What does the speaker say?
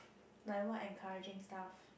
like what encouraging stuff